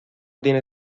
tiene